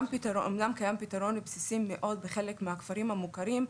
אמנם קיים פתרון בסיסי מאוד בחלק מהכפרים המוכרים,